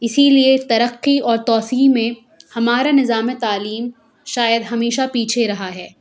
اسی لیے ترقی اوو توسیع میں ہمارا نظام تعلیم شاید ہمیشہ پیچھے رہا ہے